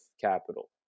Capital